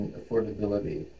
affordability